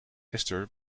esther